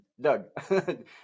Doug